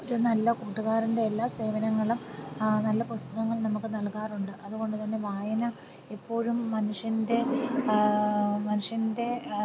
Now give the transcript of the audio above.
ഒരു നല്ല കൂട്ടുക്കാരൻ്റെ എല്ലാ സേവനങ്ങളും ആ നല്ല പുസ്തകങ്ങൾ നമുക്ക് നൽകാറുണ്ട് അതുകൊണ്ട് തന്നെ വായന എപ്പോഴും മനുഷ്യൻ്റെ മനുഷ്യൻ്റെ